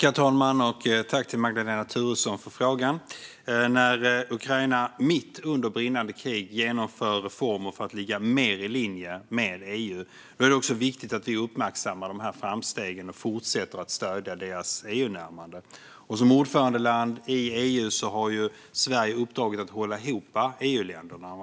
Herr talman! Tack till Magdalena Thuresson för frågan! När Ukraina mitt under brinnande krig genomför reformer för att ligga mer i linje med EU är det också viktigt att vi uppmärksammar framstegen och fortsätter att stödja landets EU-närmande. Som ordförandeland i EU har Sverige uppdraget att hålla ihop EU-länderna.